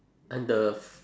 and the f~